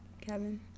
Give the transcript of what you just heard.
Kevin